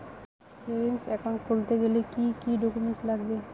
Savings account খুলতে গেলে কি কি ডকুমেন্টস লাগবে?